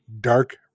dark